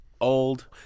old